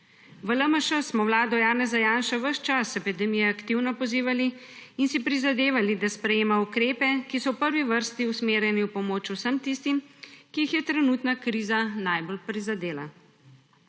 V LMŠ smo vlado Janeza Janše ves čas epidemije aktivno pozivali in si prizadevali, da sprejema ukrepe, ki so v prvi vrsti usmerjeni v pomoč vsem tistim, ki jih je trenutna kriza najbolj prizadela.